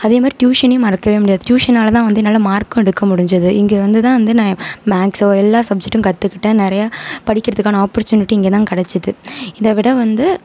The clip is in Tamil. அதேமாதிரி டியூஷனையும் மறக்கவே முடியாது டியூஷனால்தான் வந்து என்னால் மார்க்கும் எடுக்க முடிஞ்சுது இங்கே வந்து தான் வந்து நான் மேக்ஸோ எல்லா சப்ஜெக்ட்டும் கற்றுக்கிட்டேன் நிறையா படிக்கிறதுக்கான ஆப்பர்ச்சுனிட்டி இங்கேதான் கிடச்சிது இதைவிட வந்து